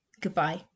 goodbye